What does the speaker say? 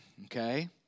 Okay